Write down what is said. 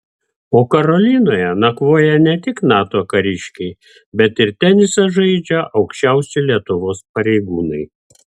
o karolinoje nakvoja ne tik nato kariškiai bet ir tenisą žaidžia aukščiausi lietuvos pareigūnai